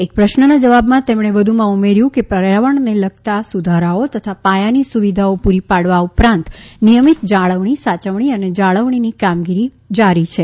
એક પ્રશ્નના જવાબમાં તેમણે વધુમાં ઉમેર્યુ કે પર્યાવરણને લગતા સુધારાઓ તથા પાયાની સુવિધાઓ પુરી પાડવા ઉપરાંત નિયમિત જાળવણી સાચવણી અને જાળવણીની કામગીરી જારી છે